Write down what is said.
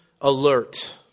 alert